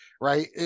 right